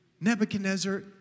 Nebuchadnezzar